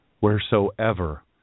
wheresoever